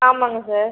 ஆமாம்ங்க சார்